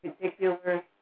particular